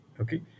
Okay